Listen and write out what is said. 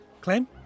Clem